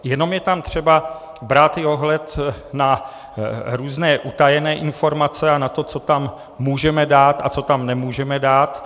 Jenom je tam třeba brát ohled i na různé utajené informace a na to, co tam můžeme a co tam nemůžeme dát.